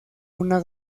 una